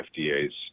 FDA's